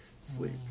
sleep